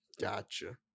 Gotcha